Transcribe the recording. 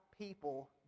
people